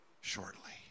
shortly